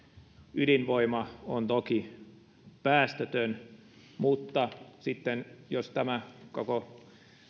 ydinvoima on toki päästötön mutta sitten jos tämä koko